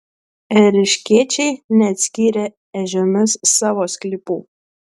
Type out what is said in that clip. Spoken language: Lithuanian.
ėriškiečiai neatskyrė ežiomis savo sklypų